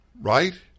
Right